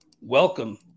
Welcome